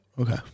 Okay